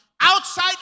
outside